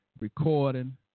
recording